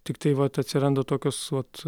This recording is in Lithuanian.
tiktai vat atsiranda tokios vat